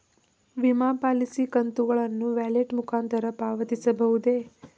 ವಿಮಾ ಪಾಲಿಸಿ ಕಂತುಗಳನ್ನು ವ್ಯಾಲೆಟ್ ಮುಖಾಂತರ ಪಾವತಿಸಬಹುದೇ?